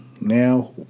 now